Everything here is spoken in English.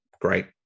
great